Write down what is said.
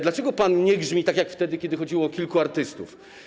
Dlaczego pan nie grzmi, tak jak wtedy, kiedy chodziło o kilku artystów?